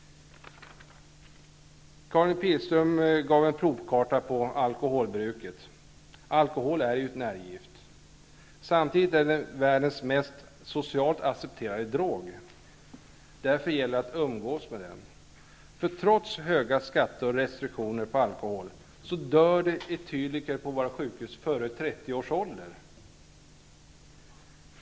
Karin Pilsäter gav en provkarta på alkoholbruket. Alkohol är ett nervgift, samtidigt som det är världens mest socialt accepterade drog. Därför gäller det att kunna umgås med alkohol. Trots höga skatter på alkohol och hårda restriktioner, dör det etyliker före 30 års ålder på våra sjukhus.